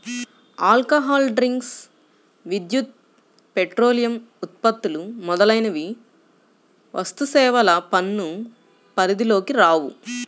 alcohol drinks, విద్యుత్, petroleum ఉత్పత్తులు మొదలైనవి వస్తుసేవల పన్ను పరిధిలోకి రావు